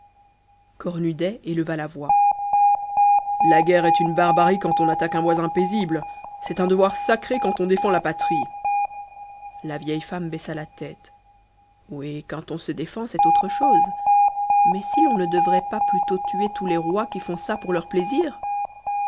cornudet éleva la voix la guerre est une barbarie quand on attaque un voisin paisible c'est un devoir sacré quand on défend la patrie la vieille femme baissa la tête oui quand on se défend c'est autre chose mais si l'on ne devrait pas plutôt tuer tous les rois qui font ça pour leur plaisir